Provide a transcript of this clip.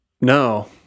No